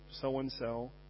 so-and-so